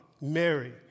Mary